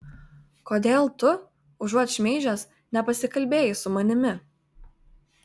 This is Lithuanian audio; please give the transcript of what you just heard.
kodėl tu užuot šmeižęs nepasikalbėjai su manimi